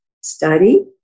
study